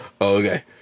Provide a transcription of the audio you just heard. okay